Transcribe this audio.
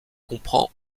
comprend